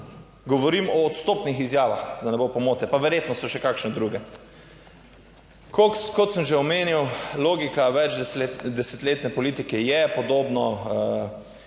Govorim o odstopnih izjavah, da ne bo pomote, pa verjetno so še kakšne druge. Kot sem že omenil logika več desetletne politike je podobno,